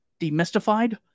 demystified